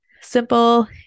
Simple